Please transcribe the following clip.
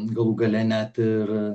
galų gale net ir